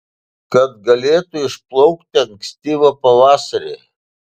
kad galėtų išplaukti ankstyvą pavasarį